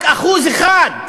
רק 1%